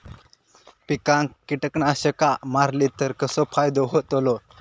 पिकांक कीटकनाशका मारली तर कसो फायदो होतलो?